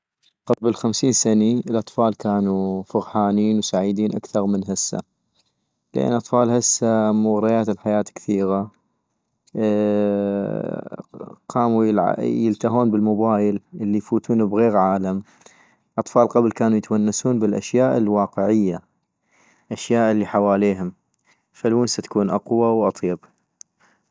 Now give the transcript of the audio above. قبل خمسين سني الأطفال كانو فغحانين وسعيدين اكثغ من هسه، لان اطفال هسه مغريات الحياة كثيغة ،قامو يلع- يلتهون بالموبايل ، يفوتون بغيغ عالم - اطفال قبل كانو يتونسون بالاشباء الواقعية ، الاشياء الي حواليهم ، فالونسة تكون اقوى واطيب